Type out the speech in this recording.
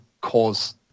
cause